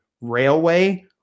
railway